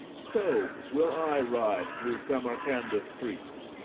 so will i ride through samarcanda-streets,